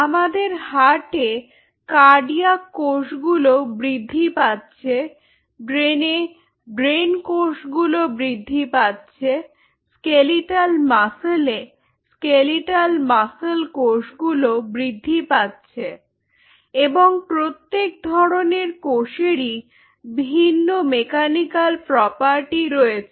আমাদের হার্টে কার্ডিয়াক কোষগুলো বৃদ্ধি পাচ্ছে ব্রেনে ব্রেন কোষগুলো বৃদ্ধি পাচ্ছে স্কেলিটাল মাসলে স্কেলেটাল মাসল্ কোষগুলো বৃদ্ধি পাচ্ছে এবং প্রত্যেক ধরনের কোষেরই ভিন্ন মেকানিকাল প্রপার্টি রয়েছে